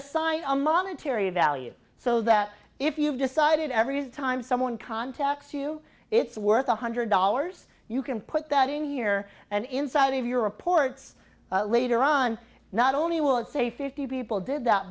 assign a monetary value so that if you've decided every time someone contacts you it's worth one hundred dollars you can put that in year and inside of your reports later on not only will it say fifty people did that